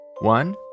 One